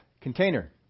container